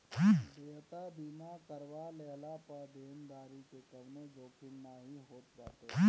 देयता बीमा करवा लेहला पअ देनदारी के कवनो जोखिम नाइ होत बाटे